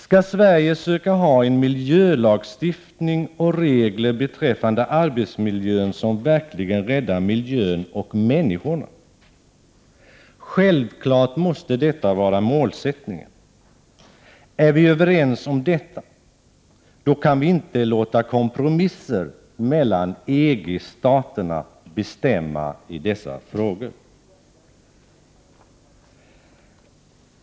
Skall Sverige söka ha en miljölagstiftning och regler beträffande arbetsmiljön som verkligen räddar miljön och människorna? Självfallet måste detta vara målsättningen. Är vi överens om detta, kan vi inte låta kompromisser mellan EG-staterna bestämma i dessa frågor.